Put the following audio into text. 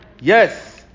Yes